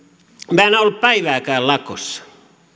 minä en ole ollut päivääkään lakossa